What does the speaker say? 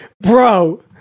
Bro